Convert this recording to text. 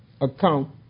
account